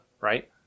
right